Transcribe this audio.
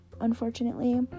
unfortunately